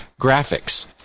graphics